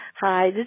Hi